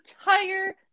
entire